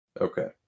Okay